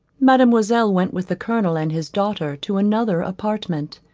mademoiselle went with the colonel and his daughter to another apartment.